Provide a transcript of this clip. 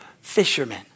fishermen